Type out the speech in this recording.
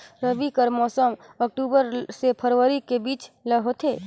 रबी कर मौसम अक्टूबर से फरवरी के बीच ल होथे